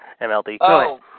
MLD